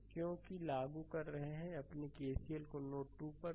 तो क्योंकि लागू कर रहे हैं अपने केसीएल को नोड 2 पर